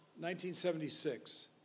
1976